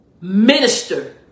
minister